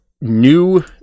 new